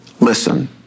Listen